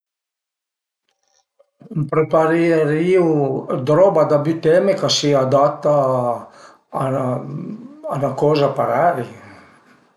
Më preparerìu roba da bütema ch'a sia adatta a 'na coza parei